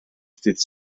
dydd